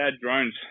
drones